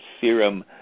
Serum